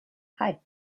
hei